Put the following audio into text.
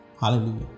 Hallelujah